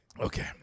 okay